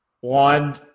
one